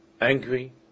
angry